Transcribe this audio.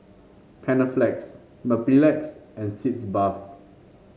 Panaflex Mepilex and Sitz Bath